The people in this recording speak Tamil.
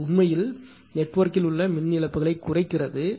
இது உண்மையில் நெட்வொர்க்கில் உள்ள மின் இழப்புகளைக் குறைக்கிறது